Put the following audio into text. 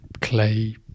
clay